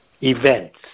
events